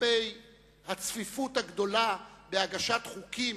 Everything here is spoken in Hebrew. לגבי הצפיפות הגדולה בהגשת חוקים,